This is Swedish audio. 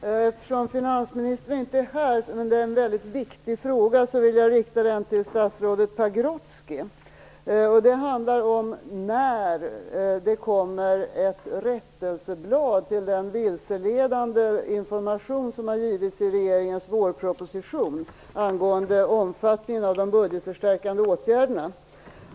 Fru talman! Eftersom finansministern inte är här och jag har en väldigt viktig fråga, vill jag rikta den till statsrådet Pagrotsky. Det handlar om när det skall komma ett blad med en rättelse av den vilseledande information som har givits i regeringens vårproposition angående omfattningen av de budgetförstärkande åtgärderna.